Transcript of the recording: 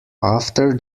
after